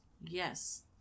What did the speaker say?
Yes